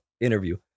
interview